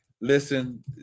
Listen